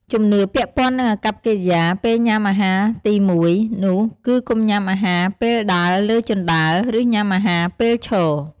ជំនឿពាក់ព័ន្ធនឹងអាកប្បកិរិយាពេលញ៉ាំអាហារទីមួយ នោះគឺកុំញ៉ាំអាហារពេលដើរលើជណ្ដើរ ឬញ៉ាំអាហារពេលឈរ។